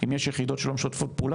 אם יש יחידות שלא משתפות פעולה,